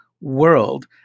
world